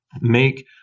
make